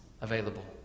available